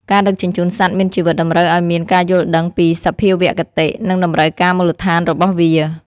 ការដឹកជញ្ជូនសត្វមានជីវិតតម្រូវឱ្យមានការយល់ដឹងពីសភាវគតិ និងតម្រូវការមូលដ្ឋានរបស់វា។